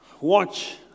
Watch